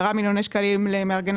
10 מיליוני שקלים למארגני